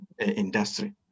industry